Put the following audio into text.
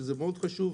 שזה חשוב מאוד.